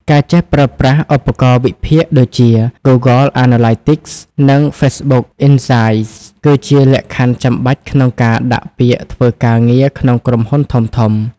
ការចេះប្រើប្រាស់ឧបករណ៍វិភាគដូចជា Google Analytics និង Facebook Insights គឺជាលក្ខខណ្ឌចាំបាច់ក្នុងការដាក់ពាក្យធ្វើការងារក្នុងក្រុមហ៊ុនធំៗ។